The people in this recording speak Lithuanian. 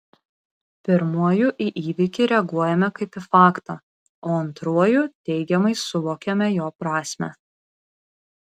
pirmuoju į įvykį reaguojame kaip į faktą o antruoju teigiamai suvokiame jo prasmę